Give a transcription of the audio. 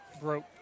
broke